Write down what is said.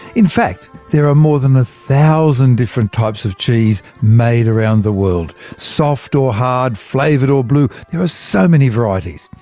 in fact, there are more than a thousand different types of cheese made around the world soft or hard, flavoured or blue there are so many varieties.